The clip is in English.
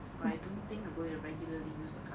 but I don't think I am going to regularly use the card